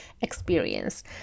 experience